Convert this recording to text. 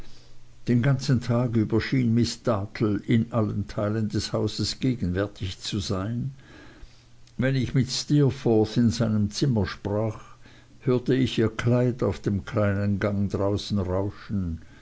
den ganzen tag über schien miß dartle in allen teilen des hauses gegenwärtig zu sein wenn ich mit steerforth in seinem zimmer sprach hörte ich ihr kleid auf dem kleinen gang draußen rauschen